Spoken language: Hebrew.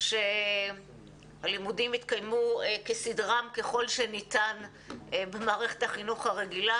שהלימודים יתקיימו כסדרם ככל שניתן במערכת החינוך הרגילה,